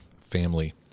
family